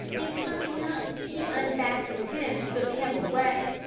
and coming up he unfastened him and took him away.